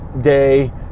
day